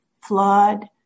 flawed